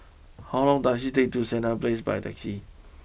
how long does it take to get to Senett place by taxi